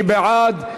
מי בעד?